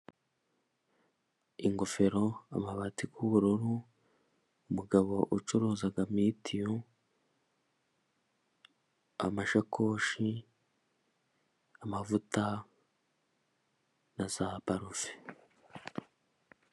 Ingofero, amabati y'ubururu, umugabo ucuruza imiti, amashakoshi, amavuta na za parufe.